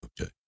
Okay